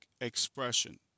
expression